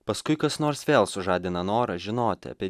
paskui kas nors vėl sužadina norą žinoti apie